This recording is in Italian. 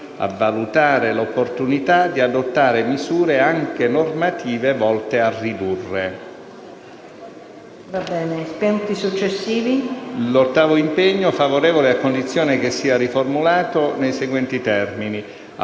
«a valutare l'opportunità di adottare misure anche normative volte a ridurre». Sull'ottavo impegno il parere è favorevole a condizione che sia riformulato nei seguenti termini: